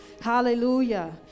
Hallelujah